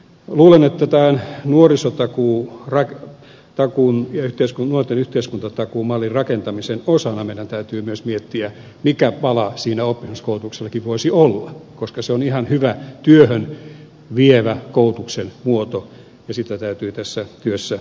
luulen että tämän nuorten yhteiskuntatakuumallin rakentamisen osana meidän täytyy myös miettiä mikä pala siinä oppisopimuskoulutuksellakin voisi olla koska se on ihan hyvä työhön vievä koulutuksen muoto ja sitä täytyy tässä työssä arvostaa